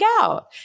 out